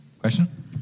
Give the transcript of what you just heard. Question